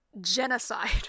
genocide